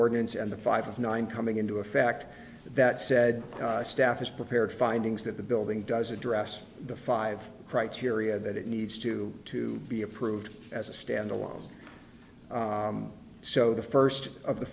ordinance and the five of nine coming into effect that said staff is prepared findings that the building does address the five criteria that it needs to to be approved as a standalone so the first of the